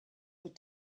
were